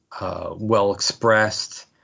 well-expressed